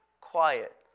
quiet